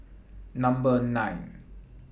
Number nine